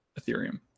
Ethereum